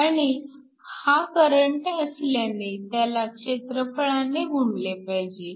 आणि हा करंट असल्याने त्याला क्षेत्रफळाने गुणले पाहिजे